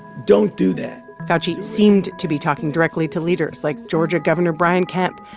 don't do that fauci seemed to be talking directly to leaders like georgia gov. and brian kemp,